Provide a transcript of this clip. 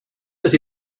that